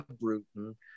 Bruton